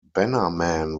bannerman